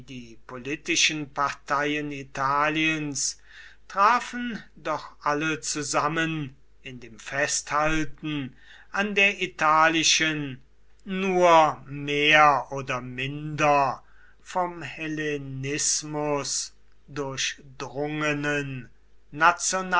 die politischen parteien italiens trafen doch alle zusammen in dem festhalten an der italischen nur mehr oder minder vom hellenismus durchdrungenen